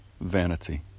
vanity